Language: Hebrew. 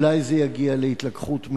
אולי זה יגיע להתלקחות מלאה,